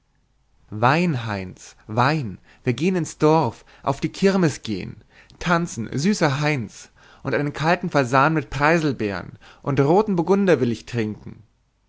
heinz wein wir gehen ins dorf auf die kirmes gehn tanzen süßer heinz und einen kalten fasan mit preißelbeeren und roten burgunder will ich trinken